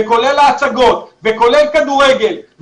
כולל כדורגל,